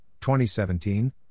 2017